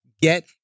get